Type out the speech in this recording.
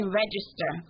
register